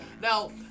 Now